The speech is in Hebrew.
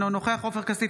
אינו נוכח עופר כסיף,